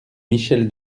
michèle